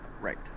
right